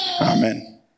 amen